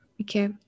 Okay